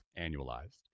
annualized